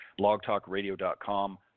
logtalkradio.com